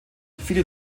viele